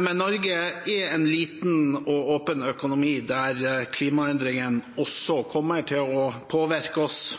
Men Norge er en liten og åpen økonomi, og klimaendringene kommer til å påvirke oss også.